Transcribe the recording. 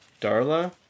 Darla